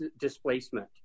displacement